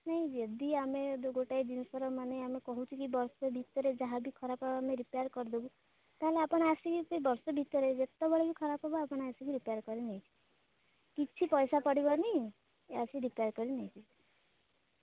ନାଇଁ ଯଦି ଆମେ ଗୋଟାଏ ଜିନିଷର ମାନେ ଆମେ କହୁଛୁ କି ବର୍ଷ ଭିତରେ ଯାହାବି ଖରାପ ହେବ ଆମେ ରିପେୟାର୍ କରିଦେବୁ ତା'ହେଲେ ଆପଣ ଆସିକି ସେ ବର୍ଷ ଭିତରେ ଯେତେବେଳେ ବି ଖରାପ ହେବ ଆପଣ ଆସିକି ରିପେୟାର୍ କରି ନେଇଯିବେ କିଛି ପଇସା ପଡ଼ିବନି ଆସିକି ରିପେୟାର୍ କରି ନେଇଯିବେ